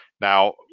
Now